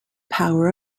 power